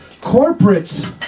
corporate